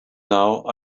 now